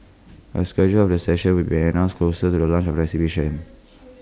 A schedule of the sessions will be announced closer to the launch of the exhibition